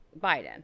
Biden